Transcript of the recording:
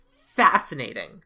fascinating